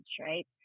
right